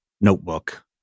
notebook